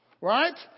right